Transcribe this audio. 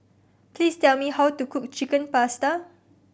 please tell me how to cook Chicken Pasta